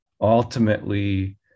ultimately